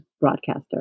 broadcaster